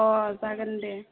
अ जागोन दे